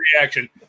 reaction